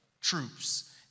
troops